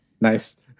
nice